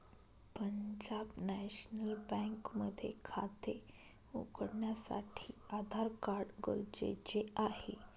Punjab National Bank मध्ये खाते उघडण्यासाठी आधार कार्ड गरजेचे आहे